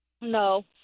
No